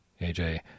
AJ